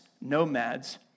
nomads